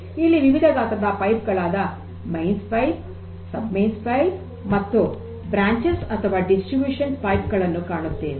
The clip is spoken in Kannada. ಇಲ್ಲಿ ವಿವಿಧ ಗಾತ್ರದ ಕೊಳವೆಗಳಾದ mains pipe sub mains pipe ಮತ್ತು ಶಾಖೆಗಳು ಅಥವಾ ವಿತರಣಾ ಕೊಳವೆಗಳನ್ನು ಕಾಣುತ್ತೇವೆ